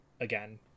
again